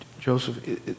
Joseph